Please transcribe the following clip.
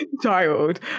child